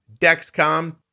Dexcom